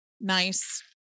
nice